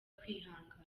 kwihangana